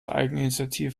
eigeninitiative